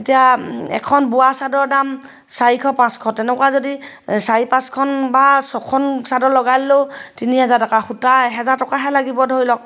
এতিয়া এখন বোৱা চাদৰৰ দাম চাৰিশ পাঁচশ তেনেকুৱা যদি চাৰি পাঁচখন বা ছখন চাদৰ লগাই ল'লেও তিনি হেজাৰ টকা সূতা এহেজাৰ টকাহে লাগিব ধৰি লওক